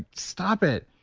stop it.